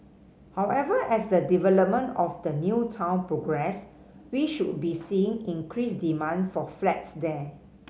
however as the development of the new town progress we should be seeing increased demand for flats there